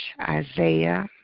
Isaiah